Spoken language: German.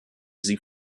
sie